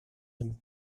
μου